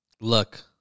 Look